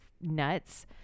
nuts